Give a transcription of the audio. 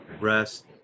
rest